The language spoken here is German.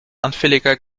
anfälliger